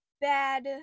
bad